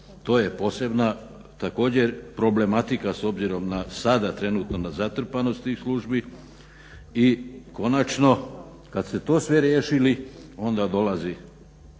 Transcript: to je posebna, također problematika s obzirom na sada trenutno na zatrpanost tih službi. I konačno, kada ste to sve riješili onda dolazi